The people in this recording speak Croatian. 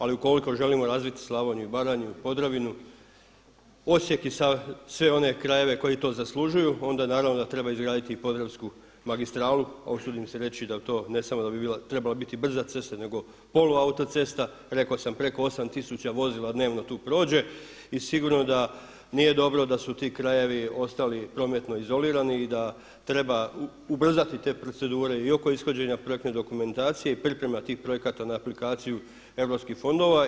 Ali ukoliko želimo razviti Slavoniju i Baranju i Podravinu, Osijek i sve one krajeve koji to zaslužuju onda naravno da treba izgraditi i podravsku magistralu, a usudim se reći da bi to ne samo da bi trebala biti brza cesta nego poluautocesta, rekao sam preko osam tisuća vozila dnevno tu prođe i sigurno da nije dobro da su ti krajevi ostali prometno izolirani i da treba ubrzati te procedure i oko ishođenja projektne dokumentacije i priprema tih projekata na aplikaciju europskih fondova.